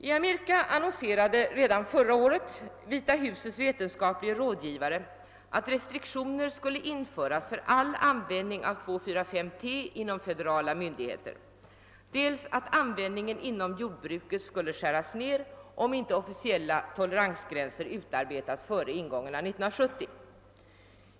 I Amerika annonserade redan förra året Vita husets vetenskaplige rådgivare dels att restriktioner skulle införas för all användning av 2, 4, 5 T inom federala myndigheter, dels att användningen inom jordbruket skulle skäras ned, om inte officiella toleransgränser utarbetats före ingången av 1970.